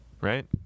Right